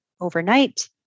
overnight